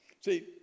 See